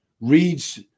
reads